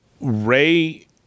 Ray